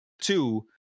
two